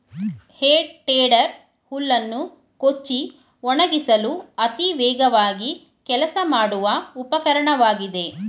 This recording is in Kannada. ಹೇ ಟೇಡರ್ ಹುಲ್ಲನ್ನು ಕೊಚ್ಚಿ ಒಣಗಿಸಲು ಅತಿ ವೇಗವಾಗಿ ಕೆಲಸ ಮಾಡುವ ಉಪಕರಣವಾಗಿದೆ